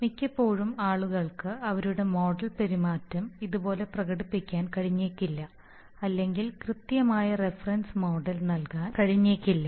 മിക്കപ്പോഴും ആളുകൾക്ക് അവരുടെ മോഡൽ പെരുമാറ്റം ഇതുപോലെ പ്രകടിപ്പിക്കാൻ കഴിഞ്ഞേക്കില്ല അല്ലെങ്കിൽ കൃത്യമായ റഫറൻസ് മോഡൽ നൽകാൻ കഴിഞ്ഞേക്കില്ല